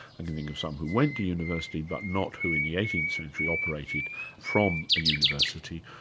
i can think of some who went to university but not who in the eighteenth century operated from a university.